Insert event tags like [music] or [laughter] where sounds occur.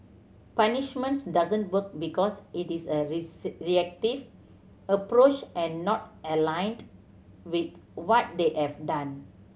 punishment doesn't work because it is a [unintelligible] reactive approach and not aligned with what they have done